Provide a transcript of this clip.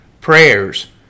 prayers